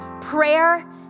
prayer